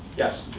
yes?